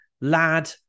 lad